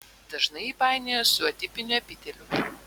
dažnai jį painioja su atipiniu epiteliu